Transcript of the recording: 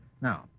Now